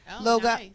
logo